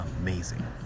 amazing